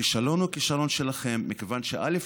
הכישלון הוא כישלון שלכם, כי א.